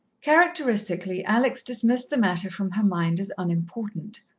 characteristically, alex dismissed the matter from her mind as unimportant.